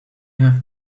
have